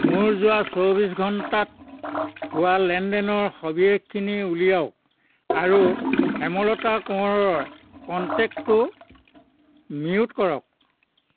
মোৰ যোৱা চৌবিছ ঘণ্টাত হোৱা লেনদেনৰ সবিশেষখিনি উলিয়াওক আৰু হেমলতা কোঁৱৰৰ কণ্টেক্টটো মিউট কৰক